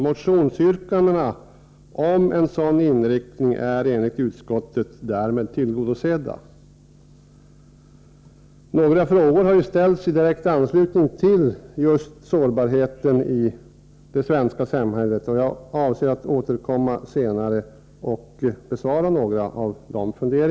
Motionsyrkandena om en sådan inriktning är enligt utskottet därmed tillgodosedda. Några frågor har ställts i direkt anslutning till just sårbarheten i det svenska samhället. Jag avser att återkomma senare och besvara ett par av dessa frågor.